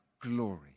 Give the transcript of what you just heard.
glory